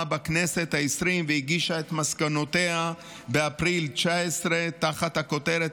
בכנסת העשרים והגישה את מסקנותיה באפריל 2019 תחת הכותרת